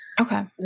Okay